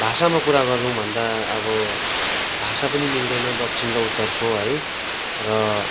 भाषामा कुरा गर्नु भन्दा अब भाषा पनि मिल्दैन दक्षिण र उत्तरको है र